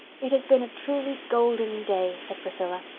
it has been a truly golden day, said priscilla.